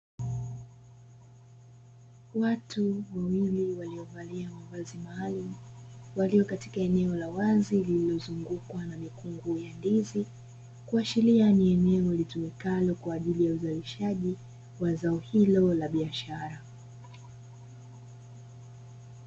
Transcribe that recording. Watu wawili waliovalia mavazi maalum, walio katika eneo la wazi lililozungukwa na mikungu ya ndizi, kuashiria ni eneo litumikalo kwa ajili ya uzalishaji wa zao hilo la biashara.